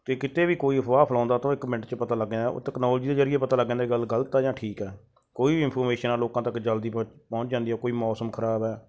ਤੇ ਕਿਤੇ ਵੀ ਕੋਈ ਅਫਵਾਹ ਫੈਲਾਉਂਦਾ ਤਾਂ ਇੱਕ ਮਿੰਟ 'ਚ ਪਤਾ ਲੱਗਾ ਉਹ ਤੈਕਨੋਲੋਜੀ ਦੇ ਜਰੀਏ ਪਤਾ ਲੱਗ ਜਾਂਦਾ ਗੱਲ ਗਲਤ ਜਾਂ ਠੀਕ ਕੋਈ ਵੀ ਇਨਫੋਰਮੇਸ਼ਨ ਆ ਲੋਕਾਂ ਤੱਕ ਜਲਦੀ ਪ ਪਹੁੰਚ ਜਾਂਦੀ ਹੈ ਕੋਈ ਮੌਸਮ ਖਰਾਬ ਹੈ